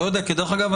דרך אגב,